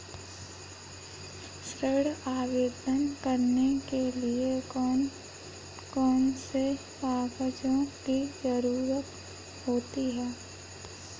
ऋण आवेदन करने के लिए कौन कौन से कागजों की जरूरत होती है?